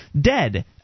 dead